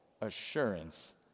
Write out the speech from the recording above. assurance